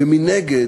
ומנגד,